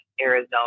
Arizona